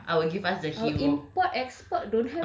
ya I will give us the hero